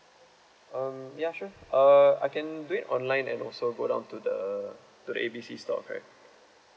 um ya sure uh I can do it online and also go down to the to the A B C store correct